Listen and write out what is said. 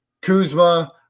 Kuzma